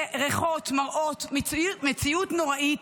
ריחות, מראות, מציאות נוראית.